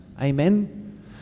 Amen